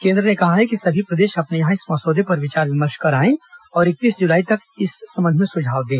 केंद्र ने कहा है कि सभी प्रदेश अपने यहां इस मसौदे पर विचार विमर्श कराएं और इकतीस जुलाई तक इस संबंध में सुझाव दें